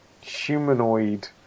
humanoid